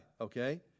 okay